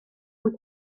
und